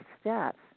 steps